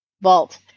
vault